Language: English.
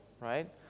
right